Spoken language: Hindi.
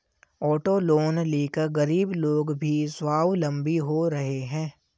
ऑटो लोन लेकर गरीब लोग भी स्वावलम्बी हो रहे हैं